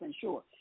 sure